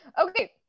okay